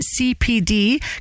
CPD